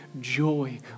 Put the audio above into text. joy